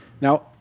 Now